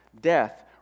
death